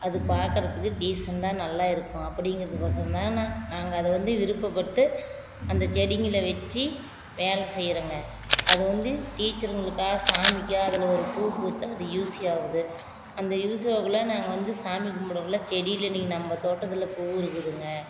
அது பாக்கிறதுக்கு டீசெண்டாக நல்லா இருக்கும் அப்படிங்கிறதுக்கொசரம் தான் நான் நாங்கள் அதை வந்து விருப்பப்பட்டு அந்த செடிங்களை வைச்சி வேலை செய்கிறோங்க அது வந்து டீச்சருங்களுக்கா சாமிக்கா அதில் ஒரு பூ பூத்து அது யூஸி ஆகுது அந்த யூஸ் ஆகக்குள்ள நாங்கள் வந்து சாமி கும்பிடக்குள்ள செடியில் இன்னைக்கி நம்ம தோட்டத்தில் பூ இருக்குதுங்க